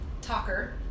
talker